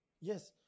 Yes